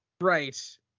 Right